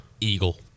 eagle